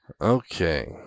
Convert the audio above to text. Okay